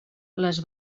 les